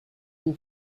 who